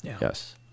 yes